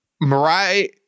Mariah